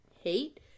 hate